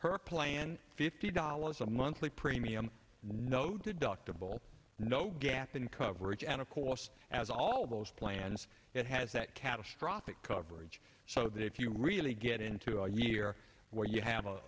her plan fifty dollars a monthly premium no deductible no gap in coverage and of course as all of those plans it has that catastrophic coverage so that if you really get into a year where you have